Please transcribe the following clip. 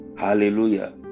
Hallelujah